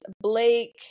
Blake